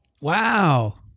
Wow